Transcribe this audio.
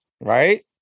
Right